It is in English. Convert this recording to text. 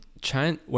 China